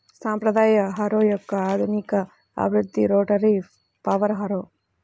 సాంప్రదాయ హారో యొక్క ఆధునిక అభివృద్ధి రోటరీ పవర్ హారో